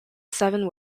seven